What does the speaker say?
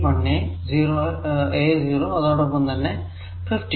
പിന്നെ ഈ 1a a0 അതോടൊപ്പം ഈ 50